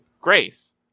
Grace